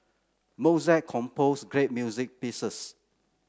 Mozart composed great music pieces